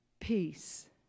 peace